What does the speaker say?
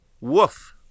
Woof